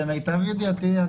למיטב ידיעתי,